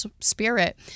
spirit